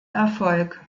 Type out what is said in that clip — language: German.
erfolg